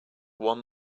one